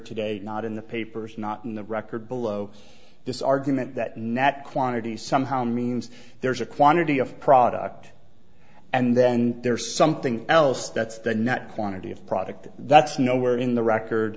today not in the papers not in the record below this argument that nat quantities somehow means there's a quantity of product and then there's something else that's the net quantity of product that's nowhere in the record